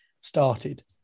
started